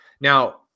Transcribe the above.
Now